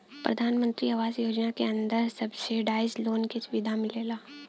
प्रधानमंत्री आवास योजना के अंदर सब्सिडाइज लोन क सुविधा मिलला